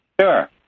Sure